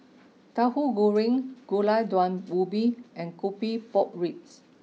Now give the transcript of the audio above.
Tauhu Goreng Gulai Daun Ubi and Coffee Pork Ribs